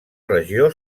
regió